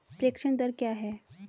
प्रेषण दर क्या है?